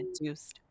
induced